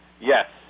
Yes